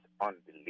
unbelievable